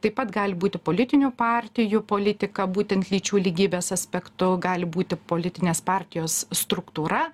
taip pat gali būti politinių partijų politika būtent lyčių lygybės aspektu gali būti politinės partijos struktūra